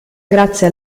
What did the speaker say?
grazie